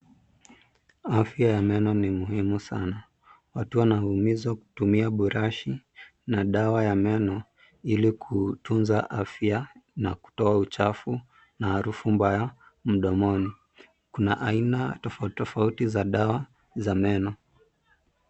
Afya ya meno ni muhimu sana. Watu wanahimizwa kutumia brashi , na dawa ya meno, ili kutunza afya, na kutoa uchafu, na harufu mbaya, mdomoni. Kuna aina tofauti tofauti, za dawa za meno.